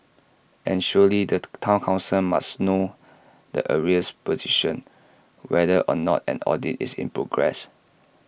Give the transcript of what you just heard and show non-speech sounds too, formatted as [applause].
and surely the [noise] Town Council must know the arrears position whether or not an audit is in progress